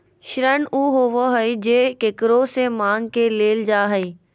ऋण उ होबा हइ जे केकरो से माँग के लेल जा हइ